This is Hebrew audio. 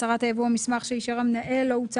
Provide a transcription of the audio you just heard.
הצהרת הייבוא או מסמך שאישר המנהל לא הוצא